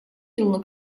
yılını